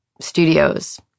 studios